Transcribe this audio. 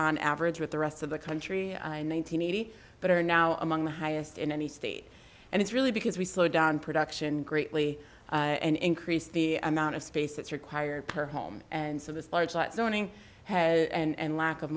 on average with the rest of the country in one nine hundred eighty but are now among the highest in any state and it's really because we slow down production greatly and increase the amount of space that's required her home and so this large like zoning had and lack of